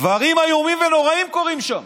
דברים איומים ונוראים קורים שם,